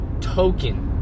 token